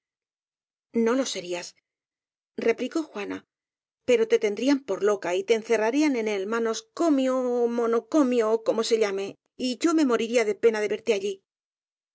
no lo serías replicó juana pero te tendrían por loca y te encerrarían en el manoscomio monomomio ó como se llame y yo me moriría de pena de verte allí